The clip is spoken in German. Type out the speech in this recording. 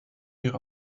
ihre